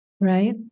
right